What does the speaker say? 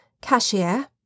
cashier